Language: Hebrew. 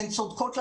הן צודקות לחלוטין.